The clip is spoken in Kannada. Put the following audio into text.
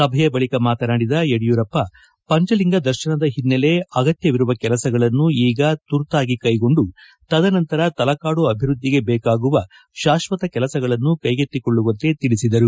ಸಭೆಯ ಬಳಿಕ ಮಾತನಾಡಿದ ಯಡಿಯೂರಪ್ಪ ಪಂಚಲಿಂಗ ದರ್ತನದ ಹಿನ್ನೆಲೆ ಅಗತ್ಯವಿರುವ ಕೆಲಸಗಳನ್ನು ಈಗ ತುರ್ತಾಗಿ ಕೈಗೊಂಡು ತದನಂತರ ತಲಕಾಡು ಅಭಿವೃದ್ಧಿಗೆ ಬೇಕಾಗುವ ಶಾಶ್ವತ ಕೆಲಸಗಳನ್ನು ಕೈಗೆತ್ತುಕೊಳ್ಳುವಂತೆ ತಿಳಿಸಿದರು